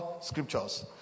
scriptures